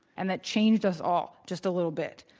and that changed us all just a little bit.